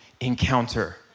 encounter